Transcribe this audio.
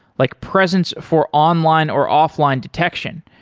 like presence for online or offline detection,